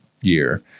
year